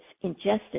ingested